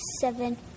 seven